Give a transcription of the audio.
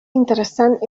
interessant